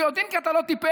ביודעין, כי אתה לא טיפש,